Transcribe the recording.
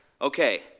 Okay